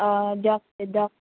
অঁ দিয়ক দিয়ক